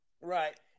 Right